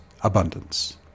Abundance